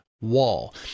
wall